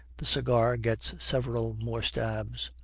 the cigar gets several more stabs.